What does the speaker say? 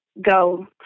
go